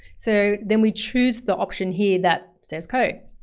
so then we choose the option here that says, code.